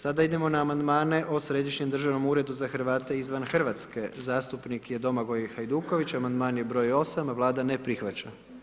Sada idemo na amandmane o Središnjem državnom uredu za Hrvate izvan Hrvatske, zastupnik je Domagoj Hajduković, amandman je broj 8., a Vlada ne prihvaća.